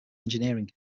engineering